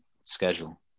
schedule